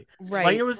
Right